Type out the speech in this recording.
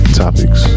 topics